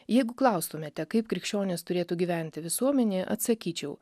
jeigu klaustumėte kaip krikščionys turėtų gyventi visuomenėje atsakyčiau